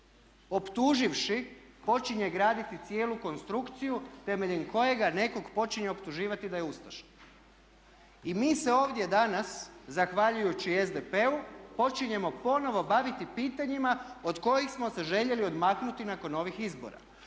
optuživši počinje graditi cijelu konstrukciju temeljem kojega nekog počinje optuživati da je ustaša. I mi se ovdje danas zahvaljujući SDP-u počinjemo ponovno baviti pitanjima od kojih smo se željeli odmaknuti nakon ovih izbora.